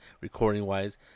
recording-wise